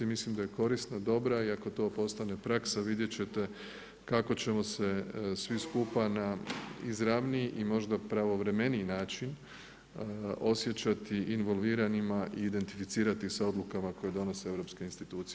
Mislim da je korisno dobra i ako to postane praksa vidjet ćete kako ćemo se svi skupa na izravniji i možda pravovremeniji način osjećati involviranima i identificirati sa odlukama koje donose europske institucije.